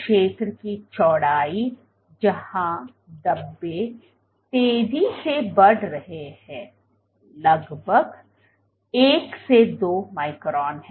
उस क्षेत्र की चौड़ाई जहां धब्बे तेजी से बढ़ रहे हैं लगभग एक से दो माइक्रोन है